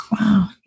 Wow